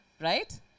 right